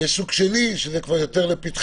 ויש סוג שני, שהוא כבר יותר לפתחך,